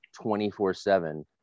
24-7